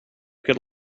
could